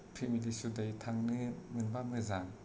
family सुददायै थांनो मोनबा मोजां